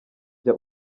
jya